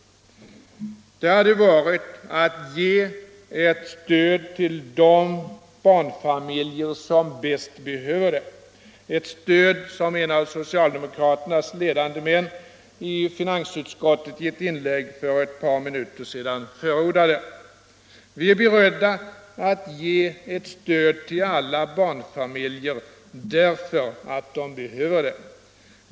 Det hade varit att ge ett stöd till de barnfamiljer som bäst behöver det, ett stöd som en av socialdemokraternas ledande män i finansutskottet i ett inlägg för ett par minuter sedan förordade. Vi är beredda att ge ett stöd till alla barnfamiljer därför att de behöver det.